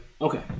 Okay